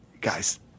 guys